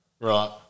Right